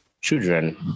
children